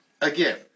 Again